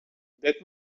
det